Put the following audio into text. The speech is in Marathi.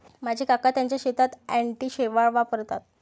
माझे काका त्यांच्या शेतात अँटी शेवाळ वापरतात